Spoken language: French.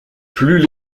plus